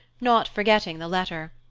not forgetting the letter.